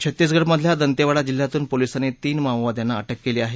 छत्तीसगडमधल्या दंतेवाडा जिल्ह्यातून पोलिसांनी तीन माओवाद्यांना अटक केली आहे